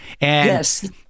Yes